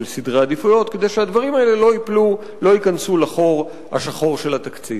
של סדרי עדיפויות כדי שהדברים האלה לא ייכנסו לחור השחור של התקציב.